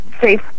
safe